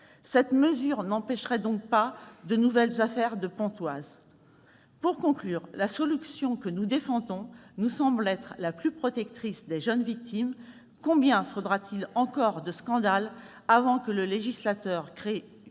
Cette mesure n'empêcherait donc pas de nouvelles affaires du type de celle de Pontoise. Pour conclure, la solution que nous défendons nous semble être la plus protectrice des jeunes victimes. Combien de scandales faudra-t-il encore avant que le législateur ne crée une